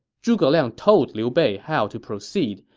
zhuge liang told liu bei how to proceed,